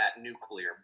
nuclear